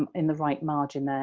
um in the right margin there,